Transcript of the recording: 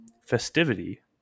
festivity